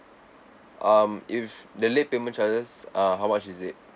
um if the late payment charges uh how much is it